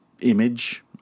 image